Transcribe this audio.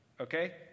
okay